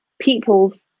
people's